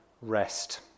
rest